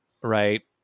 right